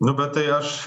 nu bet tai aš